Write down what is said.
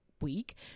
week